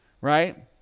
right